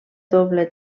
doble